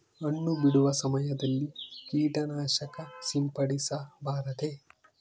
ಹಣ್ಣು ಬಿಡುವ ಸಮಯದಲ್ಲಿ ಕೇಟನಾಶಕ ಸಿಂಪಡಿಸಬಾರದೆ?